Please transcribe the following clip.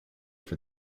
for